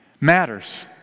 matters